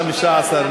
15,